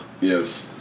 Yes